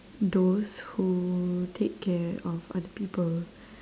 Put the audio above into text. those who take care of other people